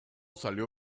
salió